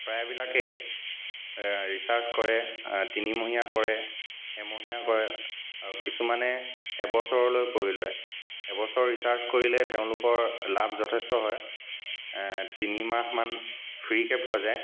প্ৰায়বিলাকে recharge কৰে তিনিমহীয়া কৰে এমহীয়া কৰে আৰু কিছুমানে এবছৰলৈ কৰি লয় এবছৰ ৰিচাৰ্জ কৰিলে তেওঁলোকৰ লাভ যথেষ্ট হয় তিনিমাহমান ফ্ৰিকে পোৱা যায়